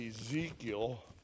Ezekiel